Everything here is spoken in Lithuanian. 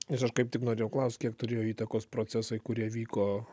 nes aš kaip tik norėjau klausti kiek turėjo įtakos procesai kurie vyko